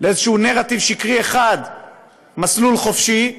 לאיזשהו נרטיב שקרי אחד מסלול חופשי ומוגן,